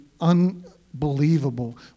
unbelievable